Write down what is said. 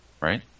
Right